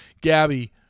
Gabby